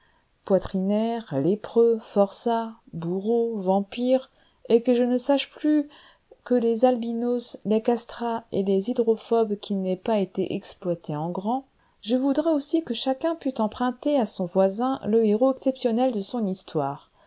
poitrinaires lépreux forçats bourreaux vampires et que je ne sache plus que les albinos les castrats et les hydrophobes qui n'aient pas été exploités en grand je voudrais aussi que chacun pût emprunter à son voisin le héros exceptionnel de son histoire